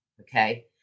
Okay